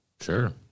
Sure